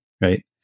Right